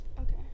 Okay